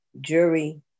jury